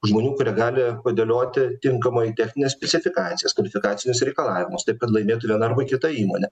žmonių kurie gali padėlioti tinkamai technines specifikacijas kvalifikacinius reikalavimus taip kad laimėtų viena arba kita įmonė